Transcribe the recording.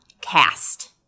Cast